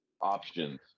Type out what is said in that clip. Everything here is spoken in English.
options